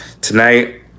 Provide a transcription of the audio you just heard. tonight